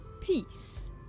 Peace